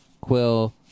Quill